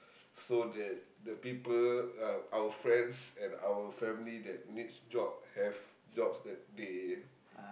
so that the people uh our friends and our family that needs jobs have jobs that they